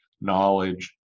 knowledge